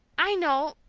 i know,